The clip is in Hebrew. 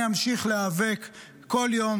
אני אמשיך להיאבק בכל יום,